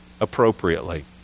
appropriately